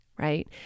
Right